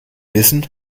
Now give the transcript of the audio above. wissen